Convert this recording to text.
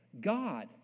God